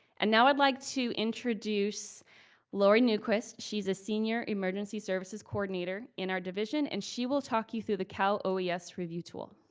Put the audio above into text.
and now i'd like to introduce lori newquist. she's a senior emergency services coordinator in our division, and she will talk you through the cal oes review tool.